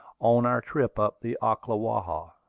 on our trip up the ocklawaha.